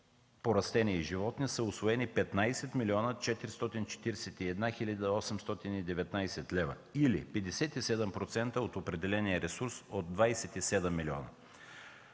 по растения и животни, са усвоени 15 млн. 441 хил. 819 лв. или 57% от определения ресурс от 27 млн.